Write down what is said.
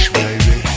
baby